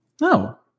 No